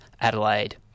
Adelaide